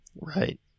Right